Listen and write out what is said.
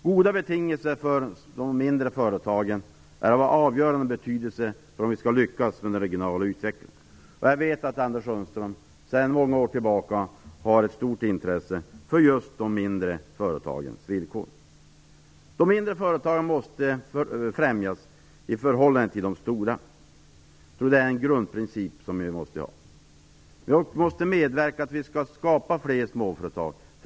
Goda betingelser för de mindre företagen är av avgörande betydelse för hur vi skall lyckas med den regionala utvecklingen. Jag vet att Anders Sundström sedan många år tillbaka har ett stort intresse för just de mindre företagens villkor. De mindre företagen måste främjas i förhållande till de stora. Det är en grundprincip som vi måste ha. Vi måste medverka till att skapa fler småföretag.